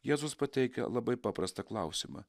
jėzus pateikia labai paprastą klausimą